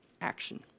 Action